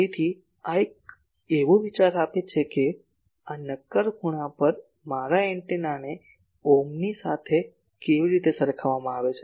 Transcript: તેથી આ એક એવો વિચાર આપે છે કે આ નક્કર ખૂણા પર મારા એન્ટેનાને ઓમ્ની સાથે કેવી રીતે સરખાવવામાં આવે છે